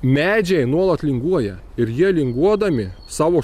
medžiai nuolat linguoja ir jie linguodami savo